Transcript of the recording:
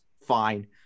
fine